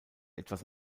etwas